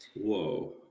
Whoa